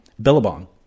Billabong